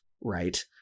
right